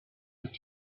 would